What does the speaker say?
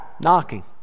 Knocking